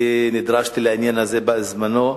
אני נדרשתי לעניין הזה בזמנו.